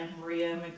Maria